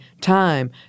time